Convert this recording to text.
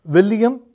William